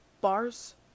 bars